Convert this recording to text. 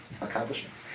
accomplishments